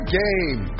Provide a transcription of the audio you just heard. game